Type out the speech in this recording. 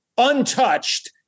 untouched